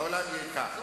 העולם יהיה אתך.